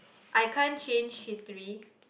I can't change history